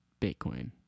Bitcoin